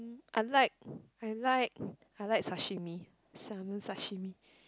unlike I like I like sashimi salmon sashimi